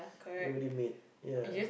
already made yeah